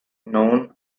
known